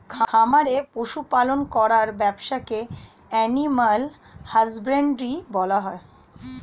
খামারে পশু পালন করার ব্যবসাকে অ্যানিমাল হাজবেন্ড্রী বলা হয়